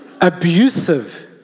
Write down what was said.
abusive